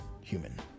human